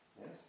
Yes